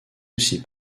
aussi